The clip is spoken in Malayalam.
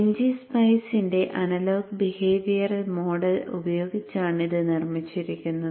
ngSpice ന്റെ അനലോഗ് ബിഹേവിയറൽ മോഡൽ ഉപയോഗിച്ചാണ് ഇത് നിർമ്മിച്ചിരിക്കുന്നത്